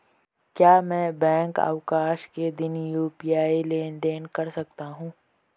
क्या मैं बैंक अवकाश के दिन यू.पी.आई लेनदेन कर सकता हूँ?